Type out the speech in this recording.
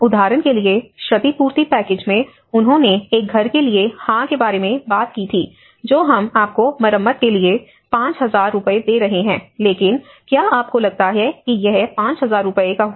उदाहरण के लिए क्षतिपूर्ति पैकेज में उन्होंने एक घर के लिए हाँ के बारे में बात की थी जो हम आपको मरम्मत के लिए 5000 रुपये दे रहे हैं लेकिन क्या आपको लगता है कि यह 5000 रुपये का होगा